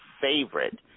favorite